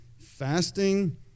Fasting